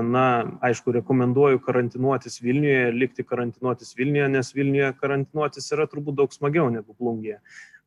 na aišku rekomenduoju karantinuotis vilniuje likti karantinuotis vilniuje nes vilniuje karantinuotis yra turbūt daug smagiau negu plungėje